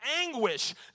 anguish